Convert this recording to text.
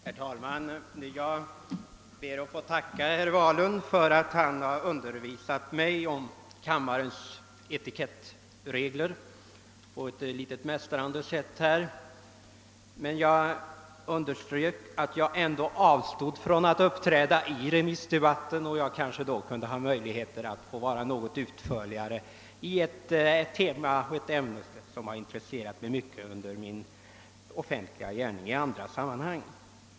Herr talman! Jag ber att få tacka herr Wahlund för att han undervisade mig om kammarens etikettregler — på ett litet mästrande sätt. Jag underströk emellertid att jag avstod från att uppträda i remissdebatten och att jag därför kanske kunde få lov att vara något utförligare i ett ämne som har intresserat mig mycket i min offentliga gärning i andra sammanhang.